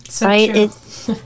Right